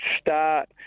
start